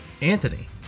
Anthony